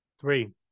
Three